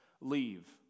leave